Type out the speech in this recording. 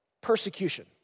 persecution